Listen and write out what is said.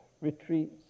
retreats